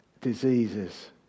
diseases